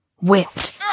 whipped